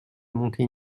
monter